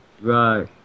Right